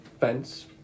fence